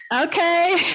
Okay